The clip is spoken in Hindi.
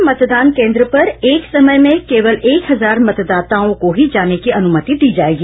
किसी मतदान केन्द्र पर एक समय में केवल एक हजार मतदाताओं को ही जाने की अनुमति दी जायेगी